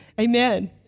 Amen